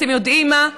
אתם יודעים מה?